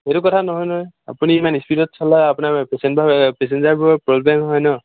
সেইটো কথা নহয় নহয় আপুনি ইমান স্পীডত চলাই আপোনাৰ পেচঞ্জাৰবোৰ প্ৰ'ব্লেম হয় ন